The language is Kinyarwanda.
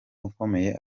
ukomeye